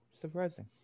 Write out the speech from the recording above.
surprising